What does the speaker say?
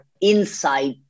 inside